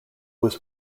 was